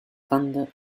thunder